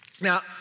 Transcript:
Now